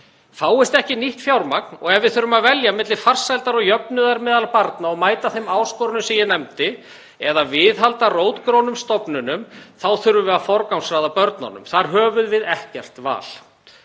Fáist ekki nýtt fjármagn og ef við þurfum að velja milli farsældar og jöfnuðar meðal barna, og mæta þeim áskorunum sem ég nefndi, eða að viðhalda rótgrónum stofnunum þá þurfum við að forgangsraða í þágu barna. Þar höfum við ekkert val.